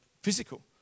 physical